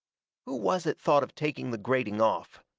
who was it thought of taking the grating off?